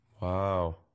Wow